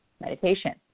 Meditation